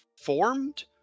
formed